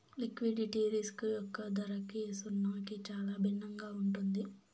liquidity risk యొక్క ధరకి సున్నాకి చాలా భిన్నంగా ఉంటుంది